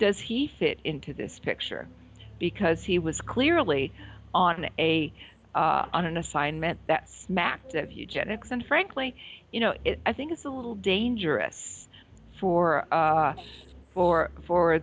does he fit into this picture because he was clearly on a on an assignment that smacked of eugenics and frankly you know i think it's a little dangerous for for for